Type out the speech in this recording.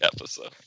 episode